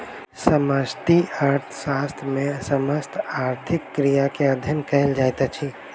समष्टि अर्थशास्त्र मे समस्त आर्थिक क्रिया के अध्ययन कयल जाइत अछि